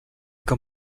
com